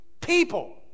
people